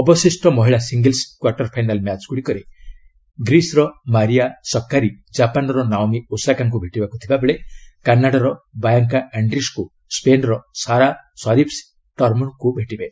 ଅବଶିଷ୍ଟ ମହିଳା single quarterfinal match ଗୁଡ଼ିକରେ ଗ୍ରୀକ୍ର ମାରିଆ ସକ୍କାରି ଜାପାନର ନାଓମି ଓଷାକାଙ୍କୁ ଭେଟିବାକୁ ଥିବାବେଳେ କାନାଡାର ବାୟାଙ୍କା ଆଣ୍ଡ୍ରିସ୍କୁ ସ୍କେନ୍ର ସାରା ସରିବ୍ଧ ଟର୍ମୋଙ୍କୁ ଭେଟିବେ